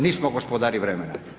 Nismo gospodari vremena.